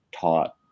taught